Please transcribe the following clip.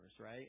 right